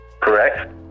Correct